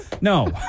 no